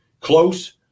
close